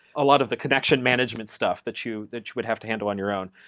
a lot of the connection management stuff that you that you would have to handle on your own.